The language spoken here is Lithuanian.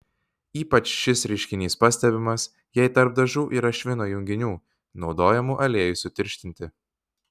ypač šis reiškinys pastebimas jei tarp dažų yra švino junginių naudojamų aliejui sutirštinti